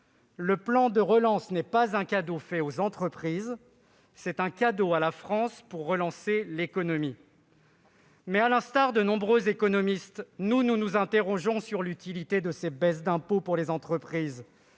Le plan de relance n'est pas un cadeau fait aux entreprises, c'est un cadeau à la France pour relancer l'économie. » Pour notre part, à l'instar de nombreux économistes, nous nous interrogeons sur l'utilité de ces baisses d'impôts pour les entreprises,